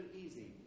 easy